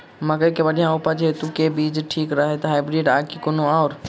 मकई केँ बढ़िया उपज हेतु केँ बीज ठीक रहतै, हाइब्रिड आ की कोनो आओर?